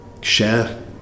share